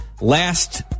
Last